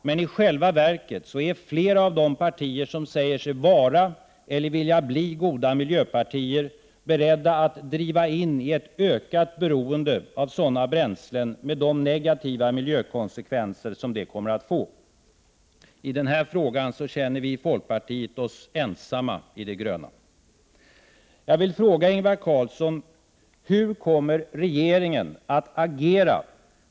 Men i själva verket är flera av de partier som säger sig vara eller vilja bli goda miljöpartier beredda att driva oss in i ett ökat beroende av sådana bränslen med de negativa miljökonsekvenser det kommer att få. I den här frågan känner vi i folkpartiet oss ensamma i det gröna.